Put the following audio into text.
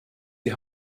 die